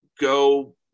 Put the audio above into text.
go